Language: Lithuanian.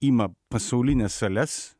ima pasaulines sales